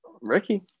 Ricky